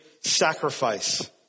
sacrifice